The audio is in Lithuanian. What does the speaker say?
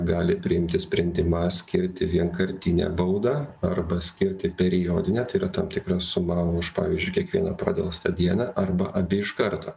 gali priimti sprendimą skirti vienkartinę baudą arba skirti periodinę tai yra tam tikrą sumą už pavyzdžiui kiekvieną pradelstą dieną arba abi iš karto